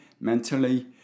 mentally